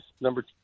Number